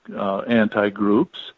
anti-groups